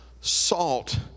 salt